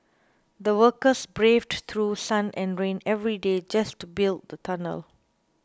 the workers braved through sun and rain every day just to build the tunnel